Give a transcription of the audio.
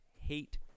Hate